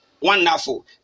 wonderful